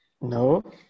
No